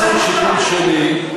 אז תעשו שיקול שני,